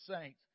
saints